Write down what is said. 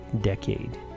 decade